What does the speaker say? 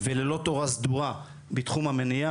וללא תורה סדורה בתחום המניעה.